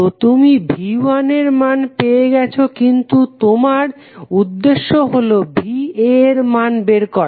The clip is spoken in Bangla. তো তুমি V1 এর মান পেয়ে গেছো কিন্তু তোমার উদ্দেশ্য হলো VA এর মান বের করা